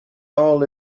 all